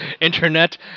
internet